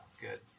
good